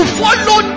follow